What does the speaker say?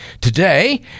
today